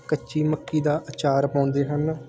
ਕੱਚੀ ਮੱਕੀ ਦਾ ਅਚਾਰ ਪਾਉਂਦੇ ਹਨ